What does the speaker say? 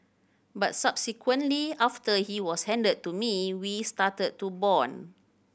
but subsequently after he was handed to me we started to bond